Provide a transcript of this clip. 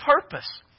purpose